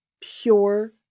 pure